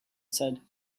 said